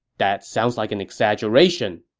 that sounds like an exaggeration.